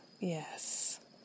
Yes